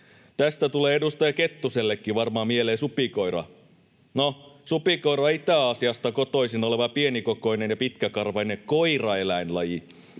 Tästä tulee edustaja Kettusellekin varmaan mieleen supikoira. No, supikoira on Itä-Aasiasta kotoisin oleva, pienikokoinen ja pitkäkarvainen koiraeläinlaji.